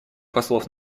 послов